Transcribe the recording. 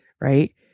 right